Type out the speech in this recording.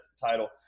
title